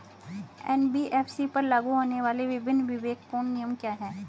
NBFC पर लागू होने वाले विभिन्न विवेकपूर्ण नियम क्या हैं?